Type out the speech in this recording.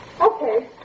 Okay